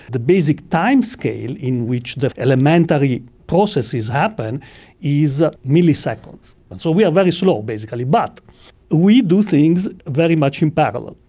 the basic timescale in which the elementary processes happen is ah milliseconds. and so we are very slow basically. but we do things very much in parallel,